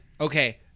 okay